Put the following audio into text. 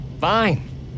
Fine